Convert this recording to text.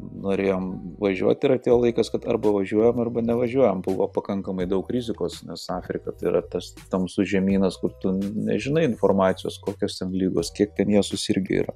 norėjom važiuot ir atėjo laikas kad arba važiuojam arba nevažiuojam buvo pakankamai daug rizikos nes afrika tai yra tas tamsus žemynas kur tu nežinai informacijos kokios ten ligos kiek ten jie susirgę ir